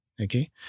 Okay